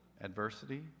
Adversity